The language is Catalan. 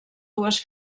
dues